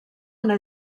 una